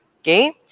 okay